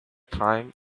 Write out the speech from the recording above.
time